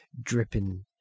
dripping